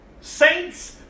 Saints